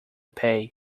pay